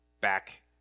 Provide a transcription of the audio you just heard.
back